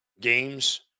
games